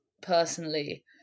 personally